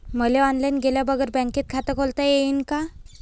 मले ऑनलाईन गेल्या बगर बँकेत खात खोलता येईन का?